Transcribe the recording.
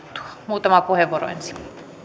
muutama puheenvuoro ensin